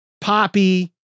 poppy